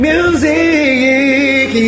Music